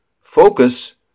focus